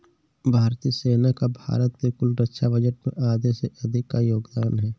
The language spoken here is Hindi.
भारतीय सेना का भारत के कुल रक्षा बजट में आधे से अधिक का योगदान है